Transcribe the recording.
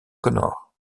connor